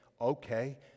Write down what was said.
okay